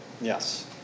yes